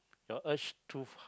your urge to